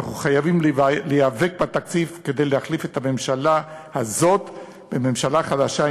אנחנו חייבים להיאבק בתקציב כדי להחליף את הממשלה הזאת בממשלה חדשה,